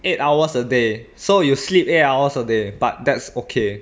eight hours a day so you sleep eight hours a day but that's okay